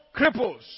cripples